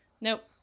Nope